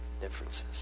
differences